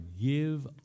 give